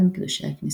אחד מקדושי הכנסייה.